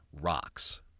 rocks